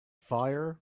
fire